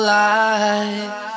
life